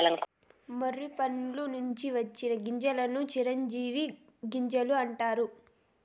మొర్రి పండ్ల నుంచి వచ్చిన గింజలను చిరోంజి గింజలు అంటారు